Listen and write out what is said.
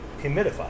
humidified